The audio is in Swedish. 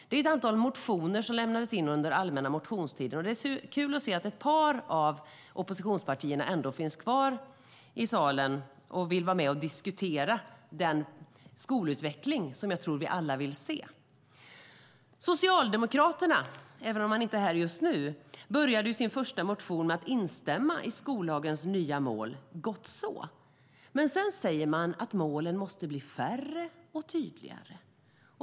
Det är ett antal motioner som lämnades in under allmänna motionstiden, och det är kul att se att ett par av oppositionspartierna finns kvar i salen och vill vara med och diskutera den skolutveckling som jag tror att vi alla vill se. Socialdemokraterna, även om de inte är här just nu, började sin första motion med att instämma i skollagens nya mål - gott så. Men sedan säger man att målen måste bli färre och tydligare.